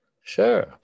Sure